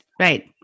right